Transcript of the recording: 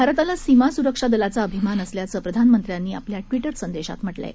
भारताला सीमा सुरक्षा दलाचा अभिमान असल्याचं प्रधानामंत्र्यांनी ट्विटर संदेशात म्हटलं आहे